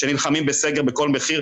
שנלחמים בסגר בכל מחיר,